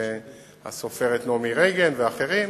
והסופרת נעמי רגן ואחרים,